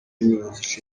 n’umuyobozi